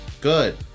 Good